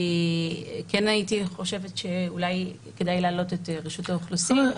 כן הייתי חושבת שאולי כדאי להעלות את רשות האוכלוסין.